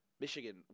Michigan